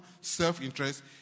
self-interest